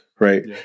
Right